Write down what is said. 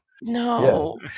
No